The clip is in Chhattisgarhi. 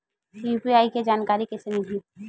यू.पी.आई के जानकारी कइसे मिलही?